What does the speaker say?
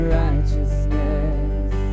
righteousness